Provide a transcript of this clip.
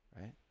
right